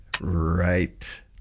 Right